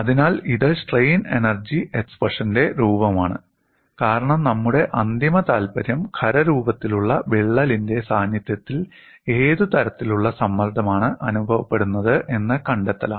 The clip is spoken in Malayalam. അതിനാൽ ഇത് സ്ട്രെയിൻ എനർജി എക്സ്പ്രഷന്റെ രൂപമാണ് കാരണം നമ്മുടെ അന്തിമ താൽപ്പര്യം ഖരരൂപത്തിലുള്ള വിള്ളലിന്റെ സാന്നിധ്യത്തിൽ ഏത് തരത്തിലുള്ള സമ്മർദ്ദമാണ് അനുഭവപ്പെടുന്നത് എന്ന് കണ്ടെത്തലാണ്